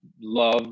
love